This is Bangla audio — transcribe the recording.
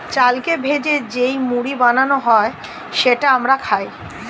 চালকে ভেজে যেই মুড়ি বানানো হয় সেটা আমরা খাই